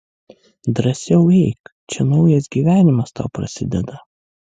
drąsiau eik čia naujas gyvenimas tau prasideda